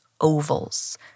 ovals